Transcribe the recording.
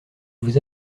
vous